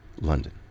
london